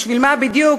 בשביל מה בדיוק,